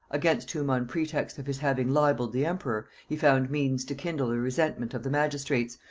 against whom, on pretext of his having libelled the emperor, he found means to kindle the resentment of the magistrates,